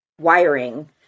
wiring